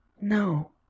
No